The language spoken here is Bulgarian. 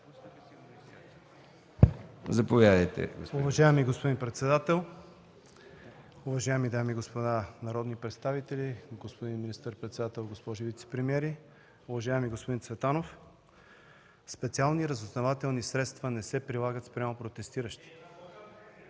Уважаеми господин председател, уважаеми дами и господа народни представители, господин министър-председател, госпожи вицепремиери! Уважаеми господин Цветанов, специални разузнавателни средства не се прилагат спрямо протестиращи.